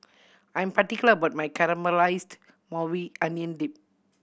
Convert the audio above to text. I'm particular about my Caramelized Maui Onion Dip